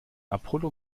apollo